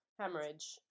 hemorrhage